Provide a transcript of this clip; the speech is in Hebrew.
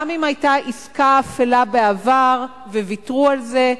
גם אם היתה עסקה אפלה בעבר וויתרו על זה,